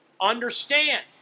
understand